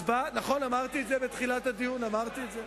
נכון, אמרתי את זה בתחילת הדיון, אמרתי את זה.